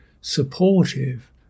supportive